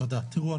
תראו,